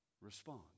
respond